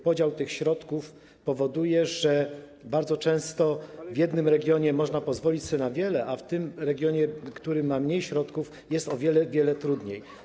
Podział tych środków powoduje, że bardzo często w jednym regionie można pozwolić sobie na wiele, a w tym regionie, który ma mniej środków, jest o wiele, wiele trudniej.